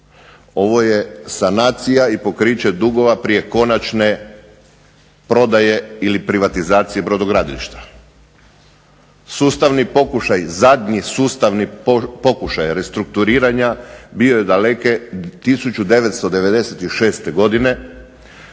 ovo je sanacija i pokriće dugova prije konačne prodaje ili privatizacije brodogradilišta. Sustavni pokušaj, zadnji sustavni pokušaj restrukturiranja bio je daleke 1996. godine.